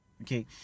Okay